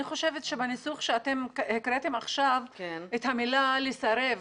אני חושבת שבניסוח שקראתם עכשיו יש המילה "לסרב",